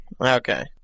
Okay